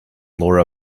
laura